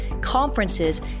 conferences